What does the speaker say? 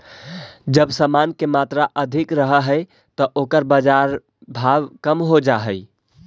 जब समान के मात्रा अधिक रहऽ हई त ओकर बाजार भाव कम हो जा हई